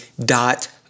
dot